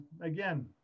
again